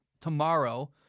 tomorrow